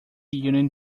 union